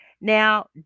now